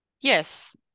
yes